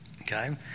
okay